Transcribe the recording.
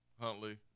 Huntley